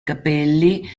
capelli